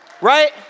Right